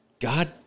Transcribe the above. God